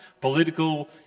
political